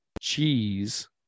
cheese